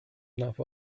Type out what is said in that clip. enough